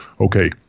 okay